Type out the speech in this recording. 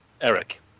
Eric